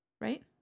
Right